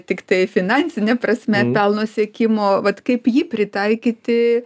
tiktai finansine prasme pelno siekimo vat kaip jį pritaikyti